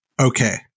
okay